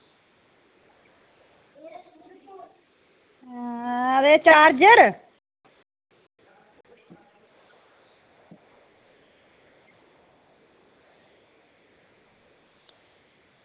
आं ते चार्जर